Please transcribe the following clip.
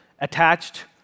attached